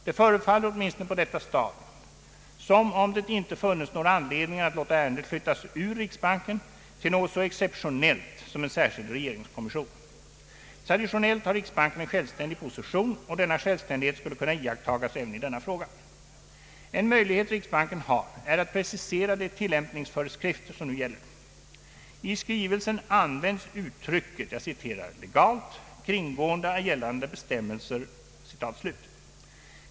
Det förefaller åtminstone på detta sta dium som om det inte funnes några anledningar att låta ärendet flyttas ur riksbanken till något så exceptionellt som en särskild regeringskommission. Traditionellt har riksbanken en självständig position, och denna självständighet skulle kunna iakttas även i denna fråga. En möjlighet riksbanken har är att precisera de tillämpningsföreskrifter som nu gäller. I skrivelsen används uttrycket ””legalt kringgående av gällande bestämmelser”.